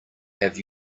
have